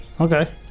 Okay